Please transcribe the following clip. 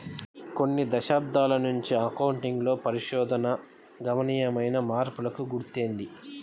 కొన్ని దశాబ్దాల నుంచి అకౌంటింగ్ లో పరిశోధన గణనీయమైన మార్పులకు గురైంది